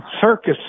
circus